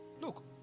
Look